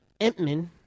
Entman